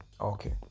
Okay